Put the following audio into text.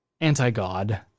anti-God